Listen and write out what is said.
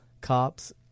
cops